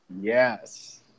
Yes